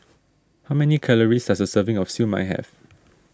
how many calories does a serving of Siew Mai have